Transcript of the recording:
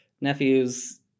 nephews